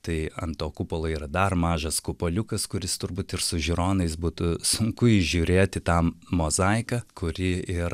tai ant to kupolo yra dar mažas kupoliukas kuris turbūt ir su žiūronais būtų sunku įžiūrėti tą mozaiką kuri ir